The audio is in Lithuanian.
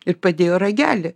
ir padėjo ragelį